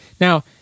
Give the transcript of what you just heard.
now